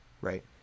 right